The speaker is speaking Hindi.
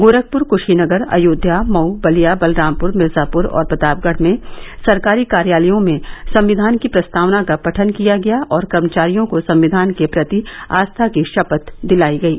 गोरखपुर कुशीनगर अयोध्या मऊ बलिया बलरामपुर मिर्जापुर और प्रतापगढ़ में सरकारी कार्यालयों में संविधान की प्रस्तावना का पठन किया गया और कर्मचारियों को संविधान के प्रति आस्था की शपथ दिलायी गयी